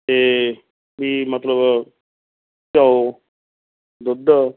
ਅਤੇ ਵੀ ਮਤਲਬ ਘਿਓ ਦੁੱਧ